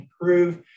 improve